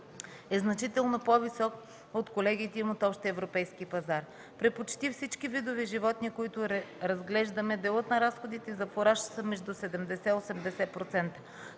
е значително по-висок от колегите им от общия европейски пазар. При почти всички видове животни, които разглеждаме, делът на разходите за фураж е между 70-80%.